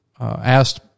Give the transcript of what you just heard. asked